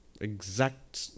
Exact